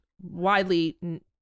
widely